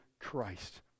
Christ